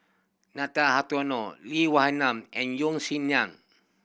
Nathan Hartono Lee Wee Nam and Yeo Song Nian